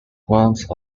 once